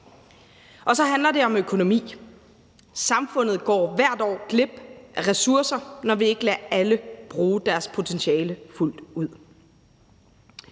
Og så handler det om økonomi. Samfundet går hvert år glip af ressourcer, når vi ikke lader alle bruge deres potentiale fuldt ud.